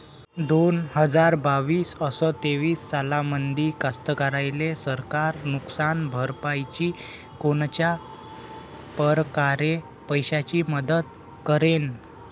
दोन हजार बावीस अस तेवीस सालामंदी कास्तकाराइले सरकार नुकसान भरपाईची कोनच्या परकारे पैशाची मदत करेन?